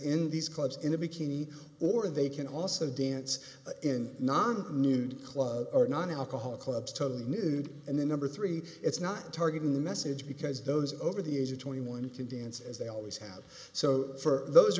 in these clubs in a bikini or they can also dance in non nude club or nonalcoholic clubs totally nude and the number three it's not targeting the message because those over the age of twenty one can dance as they always have so for those